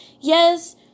yes